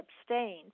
abstain